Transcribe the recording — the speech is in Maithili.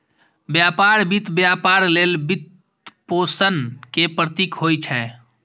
व्यापार वित्त व्यापार लेल वित्तपोषण के प्रतीक होइ छै